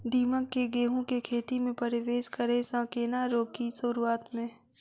दीमक केँ गेंहूँ केँ खेती मे परवेश करै सँ केना रोकि शुरुआत में?